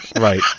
right